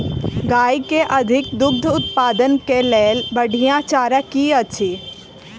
गाय केँ अधिक दुग्ध उत्पादन केँ लेल बढ़िया चारा की अछि?